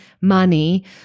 money